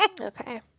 okay